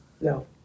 No